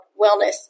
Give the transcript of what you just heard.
wellness